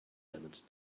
damage